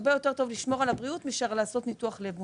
הרבה יותר טוב לשמור על הבריאות מאשר לעשות ניתוח לב מוצלח.